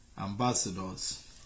Ambassadors